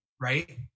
right